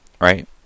right